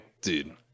Dude